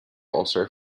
ulcer